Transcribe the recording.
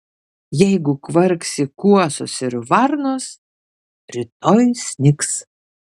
jeigu kvarksi kuosos ir varnos rytoj snigs